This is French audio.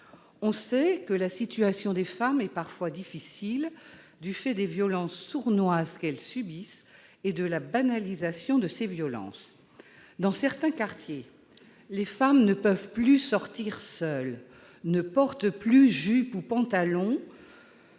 On sait que la situation des femmes est parfois difficile, du fait des violences sournoises qu'elles subissent et de la banalisation de ces violences. Dans certains quartiers, les femmes ne peuvent plus sortir seules, ni porter de jupe ou de pantalon,